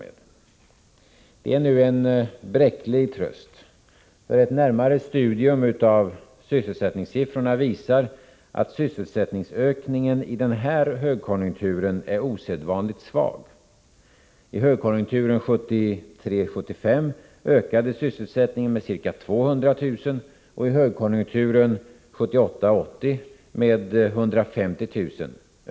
Men det är en bräcklig tröst, för ett närmare studium av sysselsättningssiffrorna visar att sysselsättningsökningen i den här högkonjunkturen är osedvanligt svag. I högkonjunkturen 1973-1975 ökade sysselsättningen med ca 200 000 och i högkonjunkturen 1978-1980 med ca 150 000.